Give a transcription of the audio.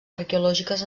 arqueològiques